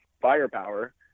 firepower